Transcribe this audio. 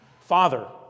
Father